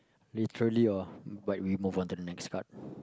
literally or but we move on to the next card